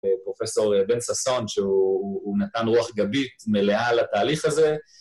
פרופסור בן ססון שהוא נתן רוח גבית מלאה לתהליך הזה